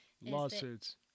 lawsuits